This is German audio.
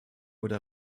oder